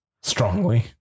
Strongly